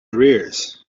arrears